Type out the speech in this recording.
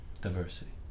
diversity